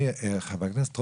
חבר הכנסת טרופר,